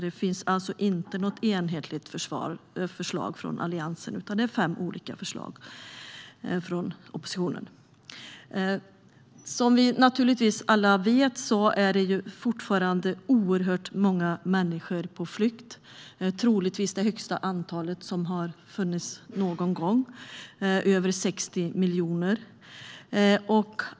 Det finns alltså inte något enhetligt förslag från Alliansen. Som vi alla naturligtvis vet är det fortfarande oerhört många människor på flykt, troligtvis det största antalet någonsin - över 60 miljoner.